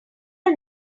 are